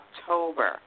October